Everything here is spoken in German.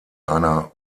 einer